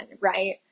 right